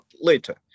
later